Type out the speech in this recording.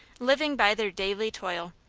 living by their daily toil.